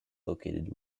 located